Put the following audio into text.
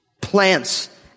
Plants